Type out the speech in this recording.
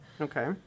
Okay